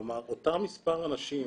כלומר אותו מספר אנשים